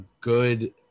good